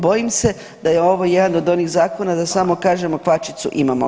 Bojim se da je ovo jedan od onih zakona da samo kažemo kvačicu imamo ga.